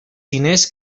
diners